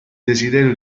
desiderio